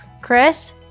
Chris